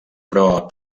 però